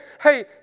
hey